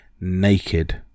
naked